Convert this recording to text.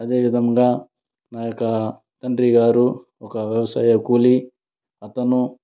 అదేవిధముగా నా యొక్క తండ్రి గారు ఒక వ్యవసాయ కూలి అతను